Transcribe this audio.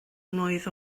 mlwydd